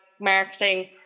marketing